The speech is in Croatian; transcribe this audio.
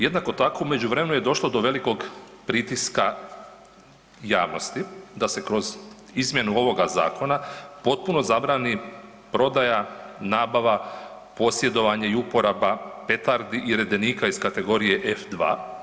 Jednako tako u međuvremenu je došlo do velikog pritiska javnosti da se kroz izmjenu ovoga zakona potpuno zabrani prodaja, nabava, posjedovanje i uporaba petardi i redenika iz kategorije F2.